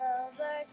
over